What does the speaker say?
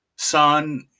son